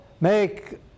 make